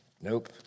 Nope